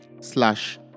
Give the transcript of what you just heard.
slash